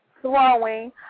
throwing